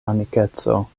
amikeco